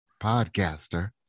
podcaster